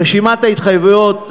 רשימת ההתחייבויות,